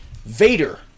Vader